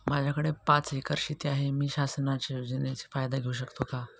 माझ्याकडे पाच एकर शेती आहे, मी शासनाच्या योजनेचा फायदा घेऊ शकते का?